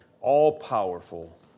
all-powerful